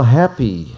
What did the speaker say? happy